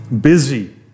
busy